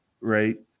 Right